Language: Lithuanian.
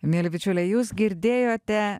mieli bičiuliai jūs girdėjote